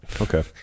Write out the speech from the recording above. Okay